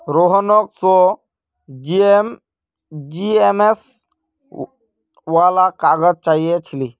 रोहनक सौ जीएसएम वाला काग़ज़ चाहिए छिले